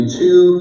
two